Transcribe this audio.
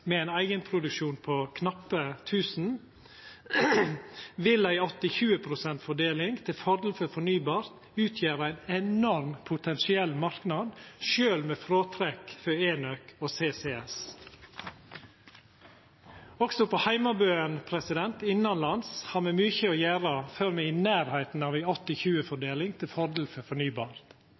med ein eigenproduksjon på knapt 1 000 TWh, vil ei 80/20 pst.-fordeling, til fordel for fornybart, utgjera ein enorm potensiell marknad, sjølv med fråtrekk for enøk og CCS, karbonfangst og -lagring. Også på heimebane, innanlands, har me mykje å gjera før me er i nærleiken av ei 80/20 pst.-fordeling til fordel for fornybart.